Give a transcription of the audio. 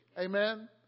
Amen